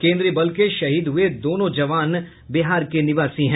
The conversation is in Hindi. केन्द्रीय बल के शहीद हुए दोनों जवान बिहार के निवासी हैं